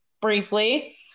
briefly